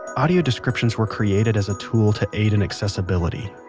audio descriptions were created as a tool to aid in accessibility,